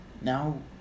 now